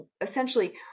essentially